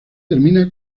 termina